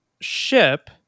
ship